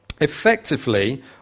Effectively